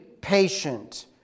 patient